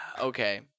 okay